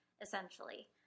essentially